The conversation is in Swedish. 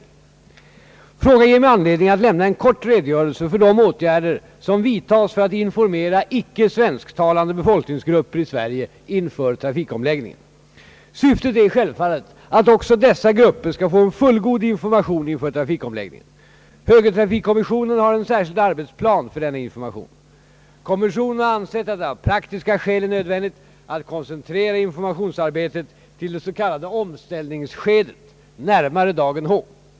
Frågan ger mig anledning att lämna en kort redogörelse för de åtgärder som vidtas för att informera icke svensktalande befolkningsgrupper i Sverige inför trafikomläggningen. Syftet är självfallet att också dessa grupper skall få en fullgod information inför trafikomläggningen. Högertrafikkommissionen har en särskild arbetsplan för denna information. Kommissionen har ansett att det av praktiska skäl är nödvändigt att koncentrera informationsarbetet till det s.k. omställningsskedet, närmare dagen H.